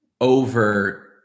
over